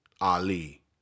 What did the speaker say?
Ali